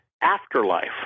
Afterlife